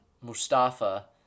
Mustafa